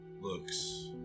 looks